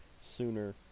sooner